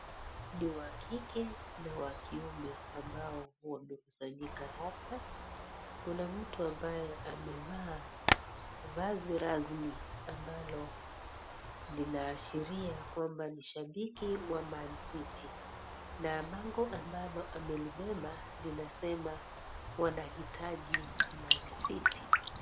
Ni wa kike na wa kiume ambao wamekusanyika hapa, kuna mtu ambaye amevaa vazi rasmi ambalo linaashiria kwamba ni shabiki wa Man City, na bango ambalo amelibeba linasema wanahitaji Man City.